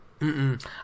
Mm-mm